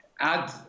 add